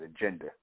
agenda